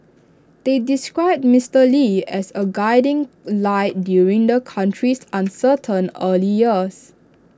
they described Mister lee as A guiding light during the country's uncertain early years